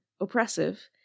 oppressive